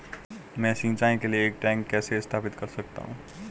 मैं सिंचाई के लिए एक टैंक कैसे स्थापित कर सकता हूँ?